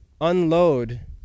unload